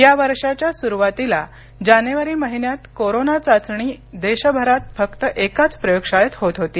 या वर्षाच्या सुरुवातीला जानेवारी महिन्यात कोरोना चाचणी देशभरात फक्त एकाच प्रयोगशाळेत होत होती